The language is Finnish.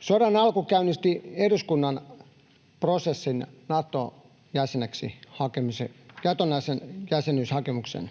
Sodan alku käynnisti eduskunnassa Nato-jäsenyyshakemusprosessin.